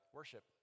worship